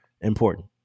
important